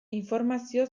informazio